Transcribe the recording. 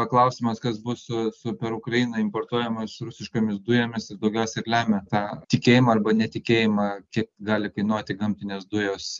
klausimas kas bus su su per ukrainą importuojamos rusiškomis dujomis ir daugiausia ir lemia tą tikėjimą arba netikėjimą kiek gali kainuoti gamtinės dujos